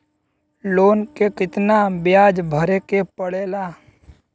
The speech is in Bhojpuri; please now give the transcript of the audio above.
लोन के कितना ब्याज भरे के पड़े ला?